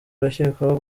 arakekwaho